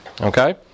Okay